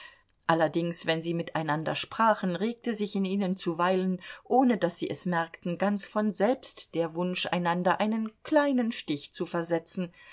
allerdings wenn sie miteinander sprachen regte sich in ihnen zuweilen ohne daß sie es merkten ganz von selbst der wunsch einander einen kleinen stich zu versetzen